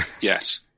Yes